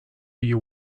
you